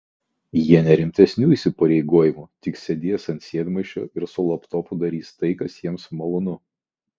jie ne rimtesnių įsipareigojimų tik sėdės ant sėdmaišio ir su laptopu darys tai kas jiems malonu